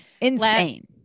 Insane